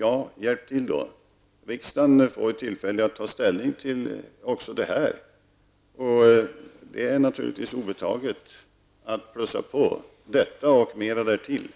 Ja, hjälp till då! Riksdagen får ju tillfälle att ta ställning till frågan. Det är naturligtvis obetaget att plussa på detta och mer därtill.